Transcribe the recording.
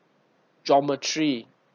geometry